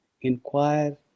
inquire